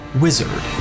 wizard